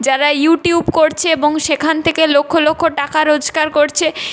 যারা ইউটিউব করছে এবং সেখান থেকে লক্ষ লক্ষ টাকা রোজগার করছে